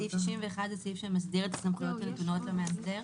סעיף שמסדיר את הסמכויות הנתונות למאסדר.